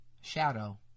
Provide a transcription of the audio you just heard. Shadow